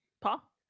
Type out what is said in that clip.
Paul